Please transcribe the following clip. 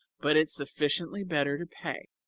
but it's sufficiently better to pay.